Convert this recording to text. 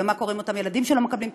מה קורה עם אותם ילדים שלא מקבלים טיפול,